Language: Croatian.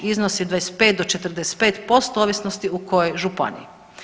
Iznosi 25 do 45% ovisnosti u kojoj županiji.